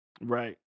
Right